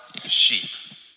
sheep